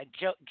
Joe